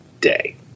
day